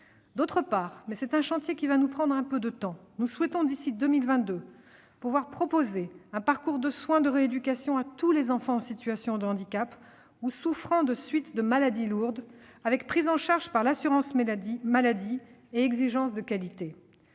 D'autre part, mais c'est un chantier qui va nous prendre un peu de temps, nous souhaitons, d'ici à 2022, être en mesure de proposer un parcours de soins de rééducation à tous les enfants en situation de handicap ou souffrant de suites de maladies lourdes, avec une prise en charge par l'assurance maladie et une exigence de qualité.